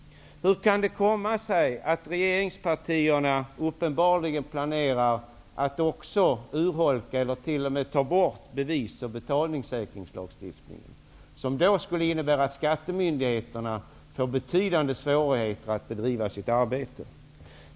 Hur kan det komma sig att regeringspartierna uppenbarligen planerar att också urholka eller t.o.m. ta bort bevissäkringsoch betalningssäkringslagstiftningen, som skulle innebära att skattemyndigheterna får betydande svårigheter att bedriva sitt arbete?